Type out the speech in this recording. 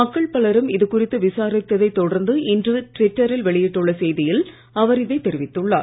மக்கள் பலரும் இதுகுறித்து விசாரித்ததை தொடர்ந்து இன்று ட்விட்டரில் வெளியிட்டுள்ள செய்தியில் அவர் இதை தெரிவித்துள்ளார்